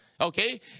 Okay